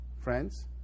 friends